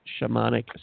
shamanic